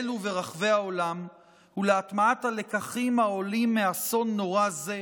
וברחבי העולם ולהטמעת הלקחים העולים מאסון נורא זה,